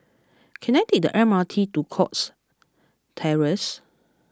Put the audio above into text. can I take the M R T to Cox Terrace